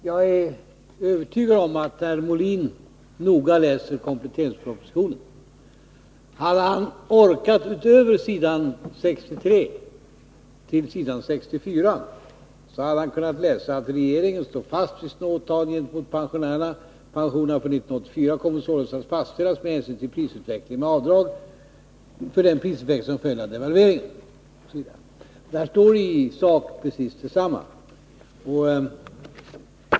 Herr talman! Jag är övertygad om att herr Molin noga läser kompletteringspropositionen. Hade han orkat gå vidare från s. 63 till s. 64, så hade han kunnat läsa bl.a.: ”Regeringen står fast vid sina åtaganden gentemot pensionärerna. Pensionerna för 1984 kommer således att fastställas med hänsyn till prisutvecklingen under 1983 med avdrag för den priseffekt som följer av devalveringen.” Där står alltså i sak precis detsamma.